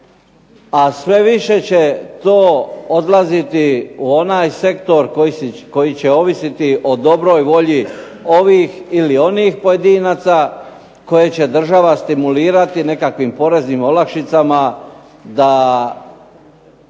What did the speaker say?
a sve više će to odlaziti u onaj sektor koji će ovisiti o dobroj volji ovih ili onih pojedinaca koje će država stimulirati nekakvim poreznim olakšicama da